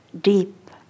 deep